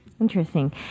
Interesting